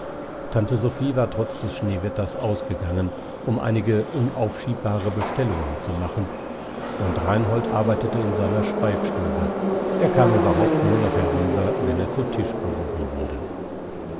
tante sophie war trotz des schneewetters ausgegangen um einige unaufschiebbare bestellungen zu machen und reinhold arbeitete in seiner schreibstube er kam überhaupt nur noch herüber wenn er zu tisch gerufen wurde